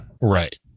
Right